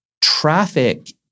traffic